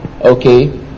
okay